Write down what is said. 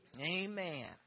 amen